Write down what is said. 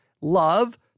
love